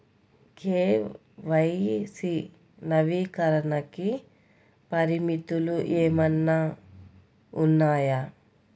KYC నవీకరణకి పరిమితులు ఏమన్నా ఉన్నాయా?